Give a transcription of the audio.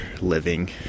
living